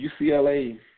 UCLA